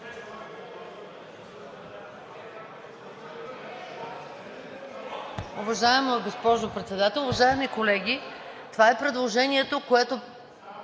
Уважаема госпожо Председател, уважаеми колеги, това е предложението, което